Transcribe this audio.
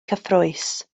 cyffrous